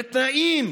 בתנאים